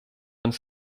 uns